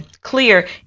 Clear